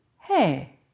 hey